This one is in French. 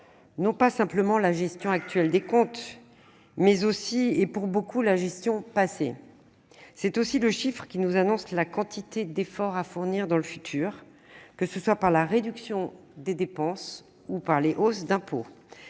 non pas simplement la gestion actuelle des comptes, mais aussi, et pour beaucoup, la gestion passée. C'est aussi celui qui nous annonce la quantité d'efforts à fournir dans le futur, que ce soit par la réduction des dépenses ou par la hausse des impôts.